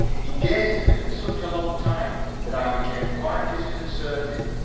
he gazed at me for such a long time that i became quite disconcerted.